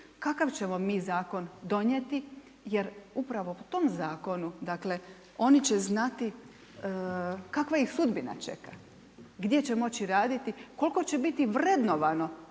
kakav ćemo mi zakon donijeti, jer upravo tom zakonu, dakle, oni će znati kakva ih sudbina čeka, gdje će moći raditi, koliko će biti vrednovano